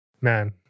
Man